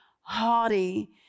haughty